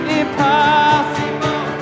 impossible